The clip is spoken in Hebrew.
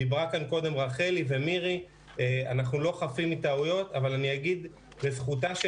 דיברו כאן קודם רחלי ומירי אנחנו לא חפים מטעויות אבל לזכותה של